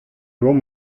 oamp